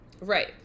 Right